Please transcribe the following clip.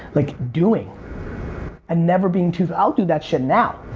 like doing and never being too, i'll do that shit now.